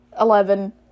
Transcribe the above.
Eleven